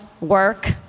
work